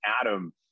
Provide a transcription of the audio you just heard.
Adam